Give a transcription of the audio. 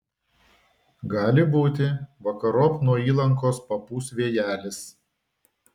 gali būti vakarop nuo įlankos papūs vėjelis